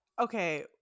okay